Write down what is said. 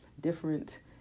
different